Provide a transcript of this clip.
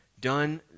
done